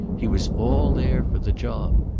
he was all there for the job.